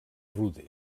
rude